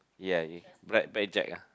ya black black jack ah